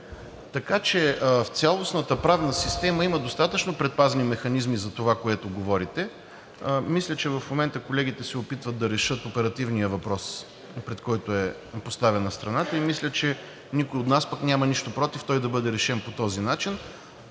Така че в цялостната правна система има достатъчно предпазни механизми за това, което говорите. Мисля, че в момента колегите се опитват да решат оперативния въпрос, пред който е поставена страната, и мисля, че никой от нас пък няма нищо против той да бъде решен по този начин.